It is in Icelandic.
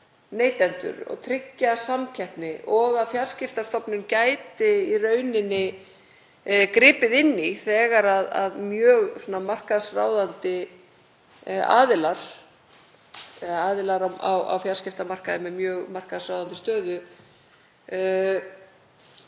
neytendur og tryggja samkeppni og að Fjarskiptastofnun gæti í rauninni gripið inn í þegar aðilar á fjarskiptamarkaði með mjög markaðsráðandi stöðu